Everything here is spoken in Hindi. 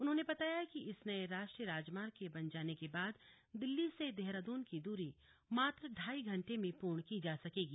उन्होंने बताया कि इस नए राष्ट्रीय राजमार्ग के बन जाने के बाद दिल्ली से देहरादून की दूरी मात्र ढाई घंटे में पूर्ण की जा सकेगी